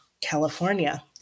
California